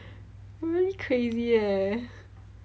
we're really crazy eh